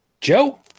Joe